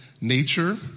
nature